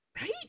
right